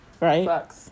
right